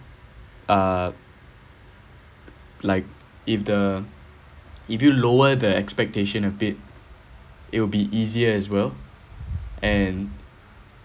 uh like if the if you lower the expectation a bit it will be easier as well and